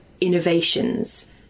innovations